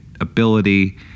ability